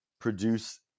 produce